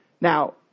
Now